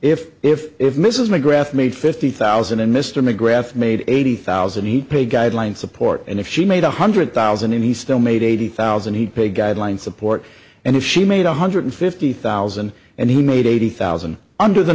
if if if mrs mcgrath made fifty thousand and mr mcgrath made eighty thousand he paid guideline support and if she made one hundred thousand and he still made eighty thousand he paid guideline support and if she made one hundred fifty thousand and he made eighty thousand under the